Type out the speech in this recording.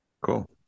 Cool